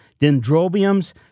Dendrobiums